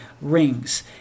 rings